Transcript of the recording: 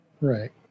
right